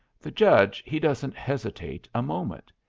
the judge he doesn't hesitate a moment.